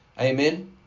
Amen